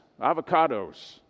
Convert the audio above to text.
avocados